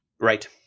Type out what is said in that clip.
Right